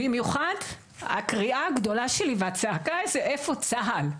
במיוחד הקריאה הגדולה שלי והצעקה זה איפה צה"ל?